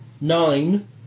Nine